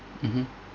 mmhmm